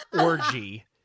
Orgy